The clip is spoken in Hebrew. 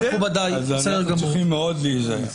אז אנחנו צריכים מאוד להיזהר.